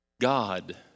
God